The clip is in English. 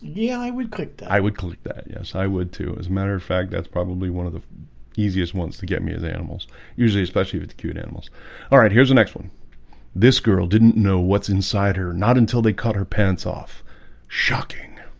yeah, i would pick i would click that yes i would too as a matter of fact that's probably one of the easiest ones to get me as animals usually especially if it's acute animals all right here's the next one this girl didn't know what's inside her. not until they caught her pants off shocking